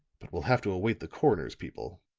but we'll have to await the coroner's people.